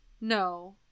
No